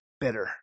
bitter